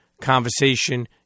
conversation